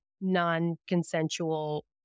non-consensual